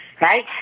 Right